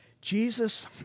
Jesus